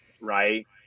right